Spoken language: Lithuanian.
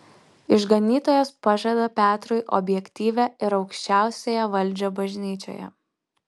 išganytojas pažada petrui objektyvią ir aukščiausiąją valdžią bažnyčioje